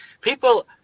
people